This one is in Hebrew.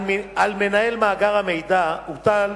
על מנהל מאגר המידע הוטל